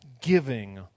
giving